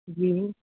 जी